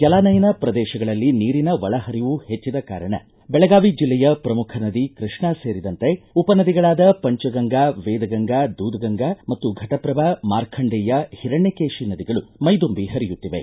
ಜಲಾನಯನ ಪ್ರದೇಶಗಳಲ್ಲಿ ನೀರಿನ ಒಳ ಹರಿವು ಹೆಚ್ಚದ ಕಾರಣ ಬೆಳಗಾವಿ ಜಿಲ್ಲೆಯ ಪ್ರಮುಖ ನದಿ ಕೃಷ್ಣಾ ಸೇರಿದಂತೆ ಉಪ ನದಿಗಳಾದ ಪಂಚಗಂಗಾ ವೇದಗಂಗಾ ದೂದಗಂಗಾ ಮತ್ತು ಫಟಪ್ರಭಾ ಮಾರ್ಖಂಡೇಯ ಹಿರಣ್ಯಕೇಶಿ ನದಿಗಳು ಮೈದುಂಬಿ ಹರಿಯುತ್ತಿವೆ